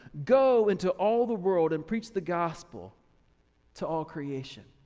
go into all the world and preach the gospel to all creation.